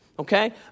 Okay